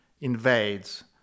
invades